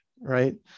right